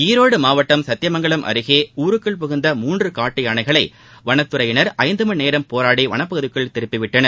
ஈரோடு மாவட்டம் சத்தியமங்கலம் அருகே ஊருக்குள் புகுந்த மூன்று காட்டு யானைகளை வனத்துறையினர் ஐந்து மணி நேரம் போராடி வனப்பகுதிக்குள் திருப்பி விட்டனர்